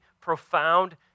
profound